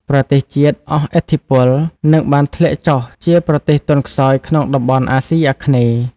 ប្រទេសជាតិអស់ឥទ្ធិពល និងបានធ្លាក់ចុះជាប្រទេសទន់ខ្សោយក្នុងតំបន់អាស៊ីអាគ្នេយ៍។